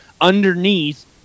underneath